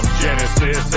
genesis